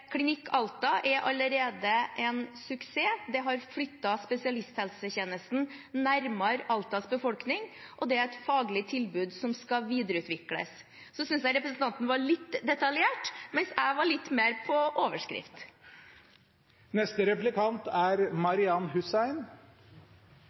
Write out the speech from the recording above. Klinikk Alta er allerede en suksess, det har flyttet spesialisthelsetjenesten nærmere Altas befolkning, og det er et faglig tilbud som skal videreutvikles. Så synes jeg representanten var litt detaljert, mens jeg var litt mer på overskrift.